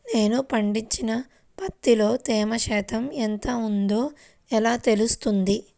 నేను పండించిన పత్తిలో తేమ శాతం ఎంత ఉందో ఎలా తెలుస్తుంది?